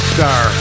Star